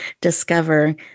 discover